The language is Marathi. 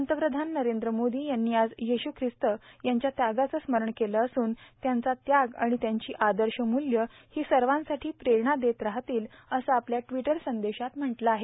पंतप्रधान नरेंद्र मोदी यांनी आज येश्र खिस्त यांच्या त्यागाचं स्मरण केलं असून त्यांचा त्याग आणि त्यांची आदर्शमूल्य ही सर्वांसाठी प्रेरणा देत राहतील असं आपल्या ट्विटर संदेशात म्हटलं आहे